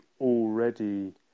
already